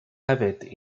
hefyd